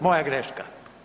Moja greška.